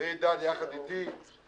חברי דן יחד איתי,